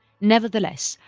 nevertheless,